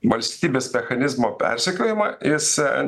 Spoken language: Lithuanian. valstybės mechanizmo persekiojimą jis